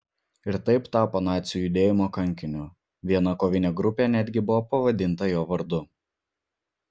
ir taip tapo nacių judėjimo kankiniu viena kovinė grupė netgi buvo pavadinta jo vardu